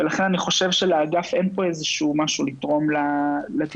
ולכן אני חושב שלאגף אין פה משהו לתרום לדיון.